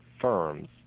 firms